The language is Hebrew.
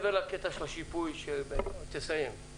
תסיים.